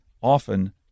often